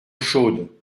chaude